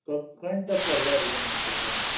तखन तऽ पढ़लए रहियै मास्टर साहेब